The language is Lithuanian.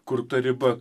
kur ta riba